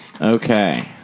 Okay